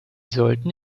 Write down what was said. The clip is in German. sollten